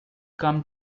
come